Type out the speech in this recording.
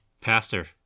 Pastor